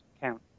count